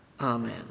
Amen